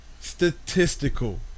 statistical